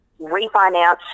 refinance